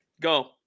Go